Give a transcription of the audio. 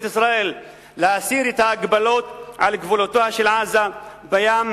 ישראל להסיר את ההגבלות על גבולותיה של עזה בים,